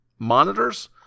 Monitors